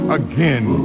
again